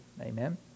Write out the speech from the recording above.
Amen